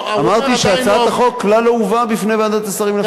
אמרתי שהצעת החוק כלל לא הובאה בפני ועדת השרים לחקיקה.